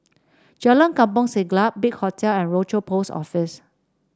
Jalan Kampong Siglap Big Hotel and Rochor Post Office